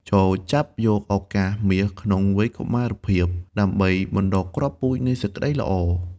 ចូរចាប់យកឱកាសមាសក្នុងវ័យកុមារភាព ដើម្បីបណ្ដុះគ្រាប់ពូជនៃសេចក្ដីល្អ។